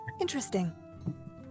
Interesting